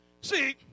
See